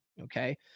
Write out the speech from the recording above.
Okay